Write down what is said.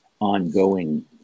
Ongoing